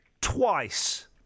Twice